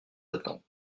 attentes